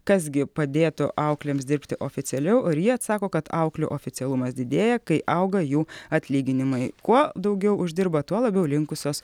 kas gi padėtų auklėms dirbti oficialiau ir ji atsako kad auklių oficialumas didėja kai auga jų atlyginimai kuo daugiau uždirba tuo labiau linkusios